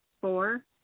Four